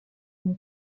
mon